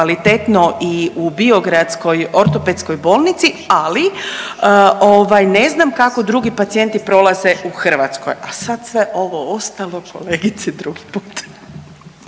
kvalitetno i u Biogradskoj ortopedskoj bolnici, ali ovaj ne znam kako drugi pacijenti prolaze u Hrvatskoj, a sad sve ovo ostalo kolegice drugi put.